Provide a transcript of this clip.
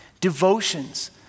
Devotions